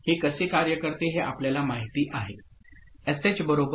हे कसे कार्य करते हे आपल्याला माहिती झाले